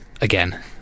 again